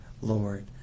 Lord